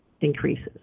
increases